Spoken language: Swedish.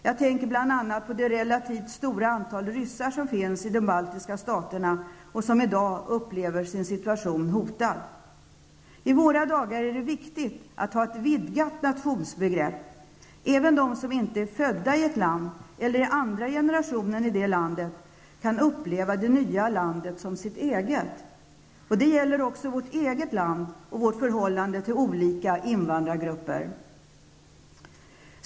Jag tänker bl.a. på det relativt stora antalet ryssar i de baltiska staterna. De upplever sig hotade i dagens situation. I våra dagar är det viktigt med ett vidgat nationsbegrepp. Även de som inte är födda i ett land eller som är andra generationen i landet i fråga kan uppleva det nya landet som sitt eget. Det gäller också vårt eget land och vårt förhållande till olika invandrargrupper.